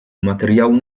materiału